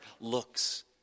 looks